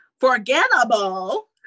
Forgettable